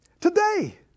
today